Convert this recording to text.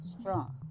strong